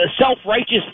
Self-righteous